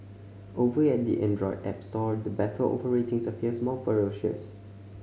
over at the Android app store the battle over ratings appears more ferocious